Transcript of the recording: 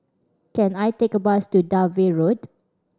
can I take a bus to Dalvey Road